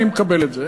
אני מקבל את זה,